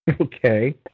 Okay